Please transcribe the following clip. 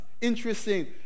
Interesting